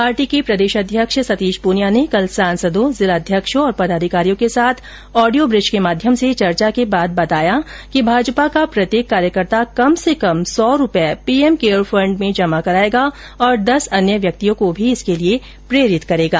party के प्रदेशाध्यक्ष सतीश प्रनिया ने कल सांसदों जिलाध्यक्षों और पदाधिकारियों के साथ ऑडियो ब्रिज के माध्यम से चर्चा के बाद बताया कि भाजपा का प्रत्येक कार्यकर्ता कम से कम सौ रुपए पीएम केयर फंड में जमा कराएगा और दस अन्य व्यक्तियों को भी इसके लिए प्रेरित करेगा